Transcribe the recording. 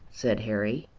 said harry.